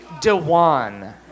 Dewan